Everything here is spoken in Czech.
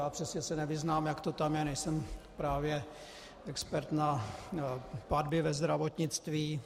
Já se v tom přesně nevyznám, jak to tam je, nejsem právě expert na platby ve zdravotnictví.